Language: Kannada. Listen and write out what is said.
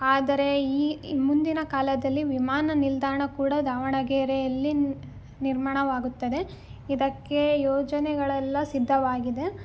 ಆದರೆ ಈ ಮುಂದಿನ ಕಾಲದಲ್ಲಿ ವಿಮಾನ ನಿಲ್ದಾಣ ಕೂಡ ದಾವಣಗೆರೆಯಲ್ಲಿ ನಿರ್ಮಾಣವಾಗುತ್ತದೆ ಇದಕ್ಕೆ ಯೋಜನೆಗಳೆಲ್ಲ ಸಿದ್ಧವಾಗಿದೆ